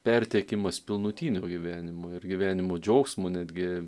perteikimas pilnutinio gyvenimo ir gyvenimo džiaugsmo netgi